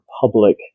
public